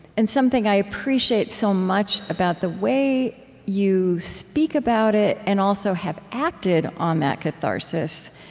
and something i appreciate so much about the way you speak about it and, also, have acted on that catharsis,